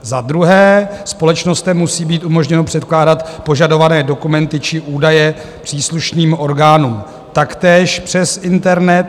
b) Společnostem musí být umožněno předkládat požadované dokumenty či údaje příslušným orgánům taktéž přes internet.